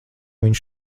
viņš